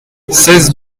seize